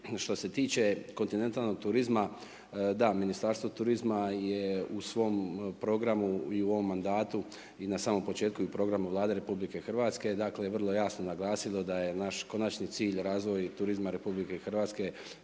Što se tiče kontinentalnog turizma, da Ministarstvo turizma je u svom programu i u ovom mandatu, i na samom početku i u programu vlade RH, vrlo jasno naglasilo da je naš konačni cilj razvoj turizma RH